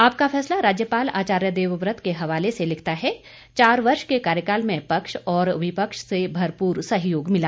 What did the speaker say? आपका फैसला राज्यपाल आचार्य देवव्रत के हवाले से लिखता है चार वर्ष के कार्यकाल में पक्ष और विपक्ष से भरपूर सहयोग मिला